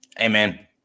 Amen